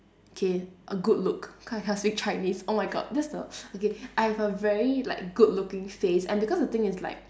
okay a good look cause I can't speak chinese oh my god that's the okay I have a very like good looking face and because the thing is like